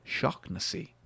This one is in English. shocknessy